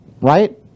right